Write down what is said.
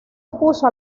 opuso